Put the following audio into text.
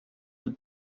with